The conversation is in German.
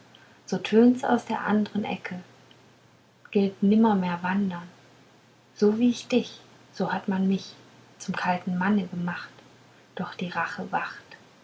so tönt's aus der andern ecke gilt nimmermehr wandern so wie ich dich so hat man mich zum kalten manne gemacht doch die rache wacht